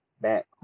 back